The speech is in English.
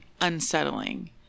unsettling